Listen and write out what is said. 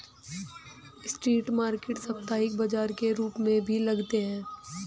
street market साप्ताहिक बाजार के रूप में भी लगते हैं